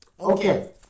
Okay